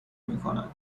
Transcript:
میکنند